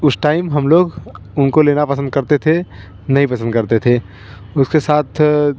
उस टाइम हम लोग उनको लेना पसंद करते थे नहीं पसंद करते थे उसके साथ